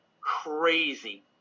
crazy